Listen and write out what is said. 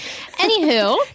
Anywho